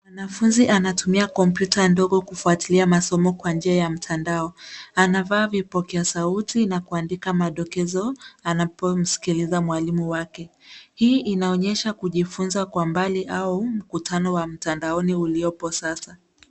Mwanafunzi anatumia kompyuta ndogo kufuatilia masomo kwa njia ya mtandao. Anavaa vipokea sauti na kuandika madokezo anapomsikiliza mwalimu wake. Hii inaonyesha kujifunza kwa mbali au mkutano wa mtandaoni uliopo sasa.